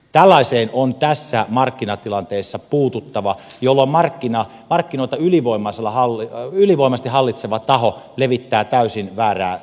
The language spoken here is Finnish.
tällaiseen on tässä markkinatilanteessa puututtava jolloin markkinoita ylivoimaisesti hallitseva taho levittää täysin väärää tietoa